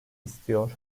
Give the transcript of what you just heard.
istiyor